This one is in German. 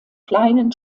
kleinen